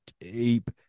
deep